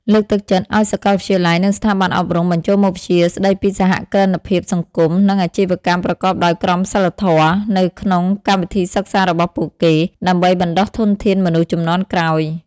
លើកទឹកចិត្តឱ្យសាកលវិទ្យាល័យ និងស្ថាប័នអប់រំ បញ្ចូលមុខវិជ្ជាស្តីពីសហគ្រិនភាពសង្គម និងអាជីវកម្មប្រកបដោយក្រមសីលធម៌ នៅក្នុងកម្មវិធីសិក្សារបស់ពួកគេ ដើម្បីបណ្តុះធនធានមនុស្សជំនាន់ក្រោយ។